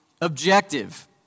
objective